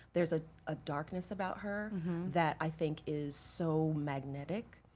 there's a a darkness about her that i think is so magnetic.